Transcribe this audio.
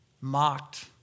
Mocked